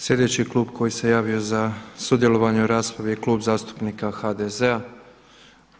Sljedeći klub koji se javio za sudjelovanje u raspravi je Klub zastupnika HDZ-a.